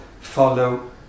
follow